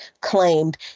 claimed